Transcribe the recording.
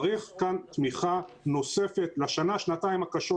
צריך כאן תמיכה נוספת לשנה-שנתיים הקשות